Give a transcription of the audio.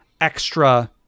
extra